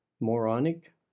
moronic